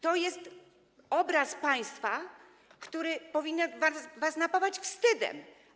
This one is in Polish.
To jest obraz państwa, który powinien was napawać wstydem.